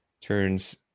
turns